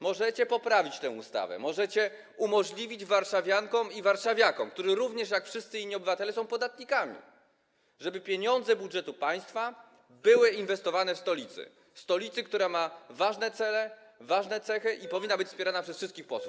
Możecie poprawić tę ustawę, możecie umożliwić warszawiankom i warszawiakom, którzy jak wszyscy inni obywatele są podatnikami, żeby pieniądze z budżetu państwa były inwestowane w stolicy, która ma ważne cele, ważne cechy i powinna być wspierana przez wszystkich posłów.